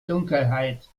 dunkelheit